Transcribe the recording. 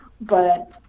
But-